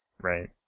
Right